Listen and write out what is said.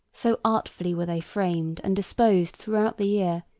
so artfully were they framed and disposed throughout the year,